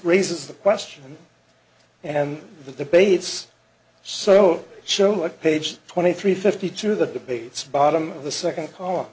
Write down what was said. raises the question and the debates so show what page twenty three fifty two the debates bottom of the second c